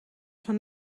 van